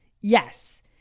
yes